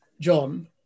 John